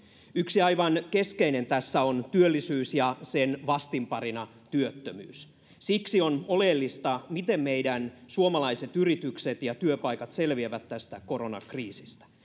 yksi aivan keskeinen tässä on työllisyys ja sen vastinparina työttömyys siksi on oleellista miten meidän suomalaiset yritykset ja työpaikat selviävät tästä koronakriisistä